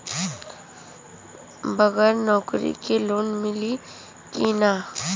बगर नौकरी क लोन मिली कि ना?